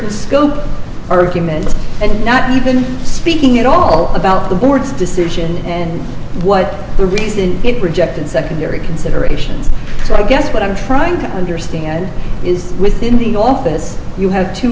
commensurate scope arguments and not even speaking at all about the board's decision and what the reason it rejected secondary considerations so i guess what i'm trying to understand is within the office you have t